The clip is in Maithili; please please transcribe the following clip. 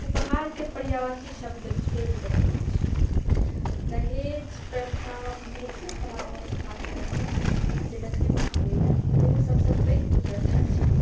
उपहारके पर्यायवाची शब्द भेल दहेज दहेज प्रथा मैथिल समाजमे खास कए कऽ जे देखैमे आबैए ओ सभसँ पैघ कुप्रथा छै